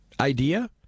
idea